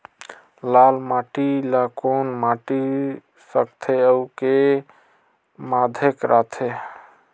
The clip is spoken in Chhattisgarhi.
लाल माटी ला कौन माटी सकथे अउ के माधेक राथे?